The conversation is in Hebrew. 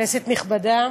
כנסת נכבדה,